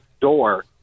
door